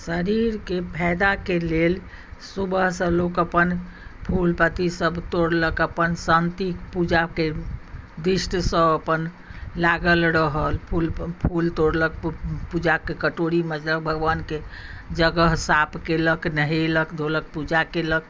शरीरके फायदाके लेल सुबहसँ लोक अपन फूल पत्ती सब तोलक अपन शान्ति पूजाके दिष्टसँ अपन लागल रहल फूल फूल तोड़लक पूजाके कटोरी मजलक भगवानके जगह साफ कयलक नहयलक धोलक पूजा कयलक